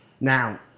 Now